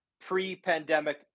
pre-pandemic